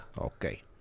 Okay